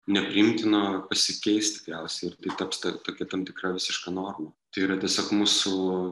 nepriimtino pasikeis tikriausiai ir tai taps tokia tam tikra visiška norma tai yra tiesiog mūsų